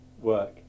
work